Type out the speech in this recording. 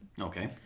Okay